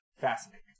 fascinating